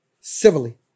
civilly